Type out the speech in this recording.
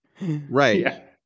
Right